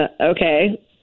Okay